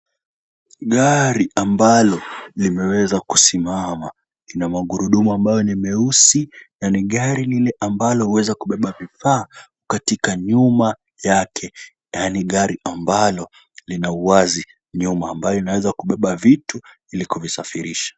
Gari ambalo limeweza kusimama, lina magurudumu ambayo ni meusi na ni gari lile ambalo huweza kubeba vifaa katika nyuma yake na ni gari ambalo lina uwazi nyuma, ambayo inaweza kubeba vitu ili kuvisafirisha.